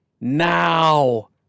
Now